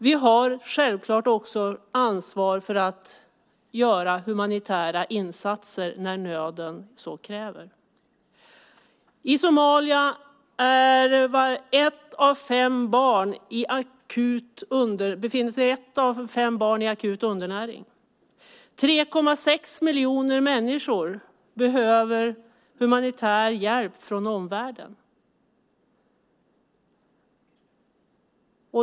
Vi har självklart också ansvar för att göra humanitära insatser när nöden så kräver. I Somalia befinner sig ett av fem barn i akut undernäring. 3,6 miljoner människor behöver humanitär hjälp från omvärlden.